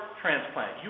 transplant